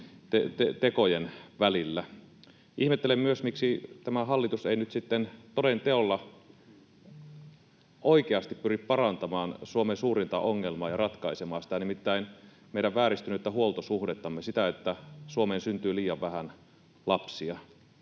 tekojen välillä. Ihmettelen myös, miksi tämä hallitus ei nyt toden teolla, oikeasti pyri parantamaan Suomen suurinta ongelmaa ja ratkaisemaan sitä, nimittäin meidän vääristynyttä huoltosuhdettamme, sitä, että Suomeen syntyy liian vähän lapsia.